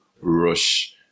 rush